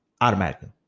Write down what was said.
automatically